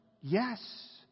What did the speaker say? yes